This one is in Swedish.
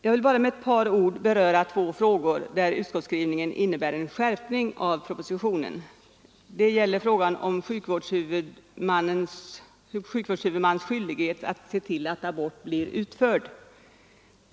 Jag vill bara med ett par ord beröra två frågor där utskottsskrivningen innebär en skärpning av propositionen. Det gäller frågan om sjukvårdshuvudmannens skyldighet att se till att abort blir utförd.